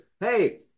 hey